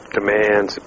demands